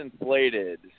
inflated